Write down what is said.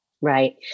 right